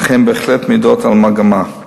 אך הם בהחלט מעידים על מגמה.